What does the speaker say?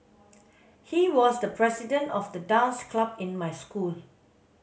he was the president of the dance club in my school